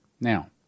Now